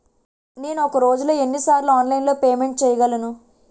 నేను ఒక రోజులో ఎన్ని సార్లు ఆన్లైన్ పేమెంట్ చేయగలను?